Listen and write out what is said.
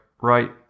right